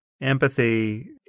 empathy